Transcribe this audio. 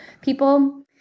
people